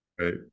Right